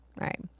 right